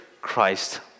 Christ